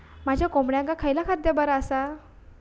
माझ्या कोंबड्यांका खयला खाद्य बरा आसा?